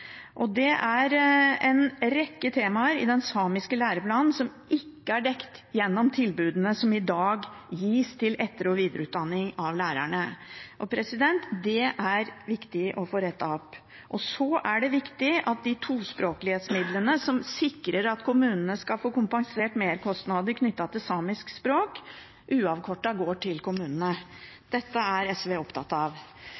og det er en rekke temaer i den samiske læreplanen som ikke er dekket gjennom tilbudene som i dag gis om etter- og videreutdanning av lærerne. Det er viktig å få rettet opp. Så er det viktig at de tospråklighetsmidlene som sikrer at kommunene skal få kompensert merkostnader knyttet til samisk språk, uavkortet går til